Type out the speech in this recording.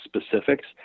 specifics